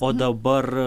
o dabar